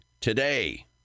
today